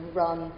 run